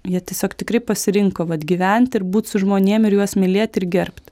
jie tiesiog tikrai pasirinko vat gyvent ir būt su žmonėm ir juos mylėt ir gerbt